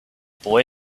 boy